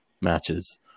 matches